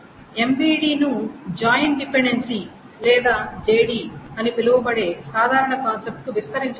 ఇప్పుడు MVD ను join dependency లేదా JD అని పిలువబడే సాధారణ కాన్సెప్ట్ కు విస్తరించవచ్చు